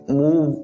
move